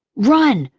run!